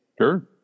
Sure